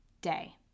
day